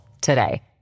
today